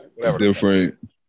different